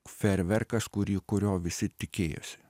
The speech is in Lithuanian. fejerverkas kurį kurio visi tikėjosi